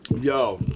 Yo